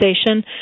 station